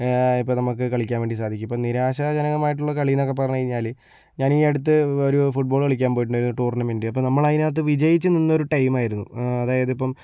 ഇപ്പോ നമുക്ക് കളിക്കാൻ വേണ്ടി സാധിക്കും ഇപ്പോ നിരാശാജനകമായിട്ടുള്ള കളി എന്നൊക്കെ പറഞ്ഞു കഴിഞ്ഞാൽ ഞാനീ അടുത്ത് ഒരു ഫുട്ബോൾ കളിക്കാൻ പോയിട്ടുണ്ടായിരുന്നു ഒരു ടൂർണമെൻറ് അപ്പോ നമ്മൾ അതിനകത്ത് വിജയിച്ചു നിന്ന ഒരു ടൈം ആയിരുന്നു അതായത് ഇപ്പോ